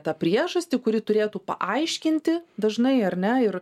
tą priežastį kuri turėtų paaiškinti dažnai ar ne ir